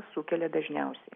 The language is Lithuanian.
sukelia dažniausiai